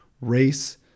race